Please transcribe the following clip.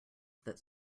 that